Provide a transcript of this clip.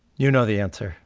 you know the answer.